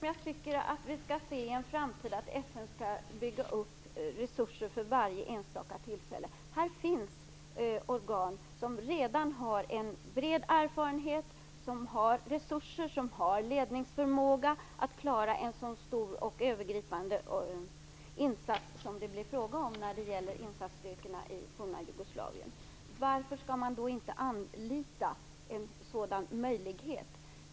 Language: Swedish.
Herr talman! Jag tycker inte att FN i en framtid skall bygga upp resurser för varje enstaka tillfälle. Här finns organ som redan har en bred erfarenhet, resurser och ledningsförmåga att klara en så stor och övergripande insats som det nu är fråga om när det gäller insatsstyrkorna i det forna Jugoslavien. Varför skall man då inte använda en sådan möjlighet?